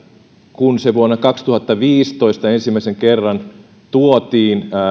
kun se vuonna kaksituhattaviisitoista ensimmäisen kerran tuotiin